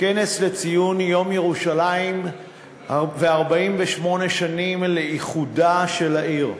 כנס לציון יום ירושלים ו-48 שנים לאיחודה של העיר.